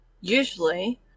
usually